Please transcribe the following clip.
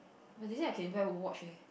but they say I can wear watch eh